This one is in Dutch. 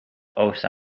oosten